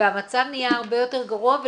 המצב נהיה הרבה יותר גרוע.